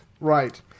Right